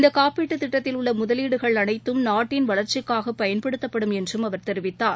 இந்த காப்பீட்டு திட்டத்தில் உள்ள முதலீடுகள் அனைத்தும் நாட்டின் வளர்ச்சிக்காக பயன்படுத்தப்படும் என்று அவர் தெரிவித்தார்